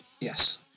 Yes